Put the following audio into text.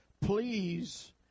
please